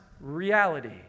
reality